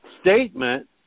statement